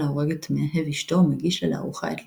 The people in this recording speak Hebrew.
ההורג את מאהב אשתו ומגיש לה לארוחה את ליבו,